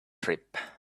trip